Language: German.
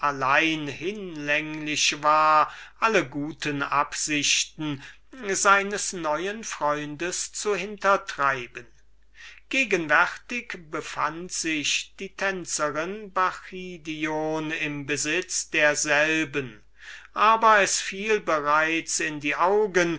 allein hinlänglich war alle guten absichten seines neuen freundes zu hintertreiben gegenwärtig befand sich die tänzerin bacchidion im besitz derselben aber es fiel bereits in die augen